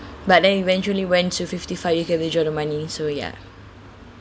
but then eventually went to fifty five you can withdraw the money so ya